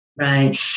Right